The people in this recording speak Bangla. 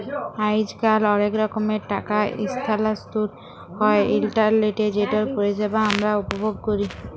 আইজকাল অলেক রকমের টাকা ইসথালাল্তর হ্যয় ইলটারলেটে যেটর পরিষেবা আমরা উপভোগ ক্যরি